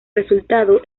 resultado